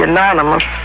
Anonymous